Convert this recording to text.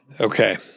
okay